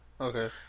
Okay